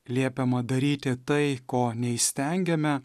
liepiama daryti tai ko neįstengiame